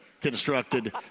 constructed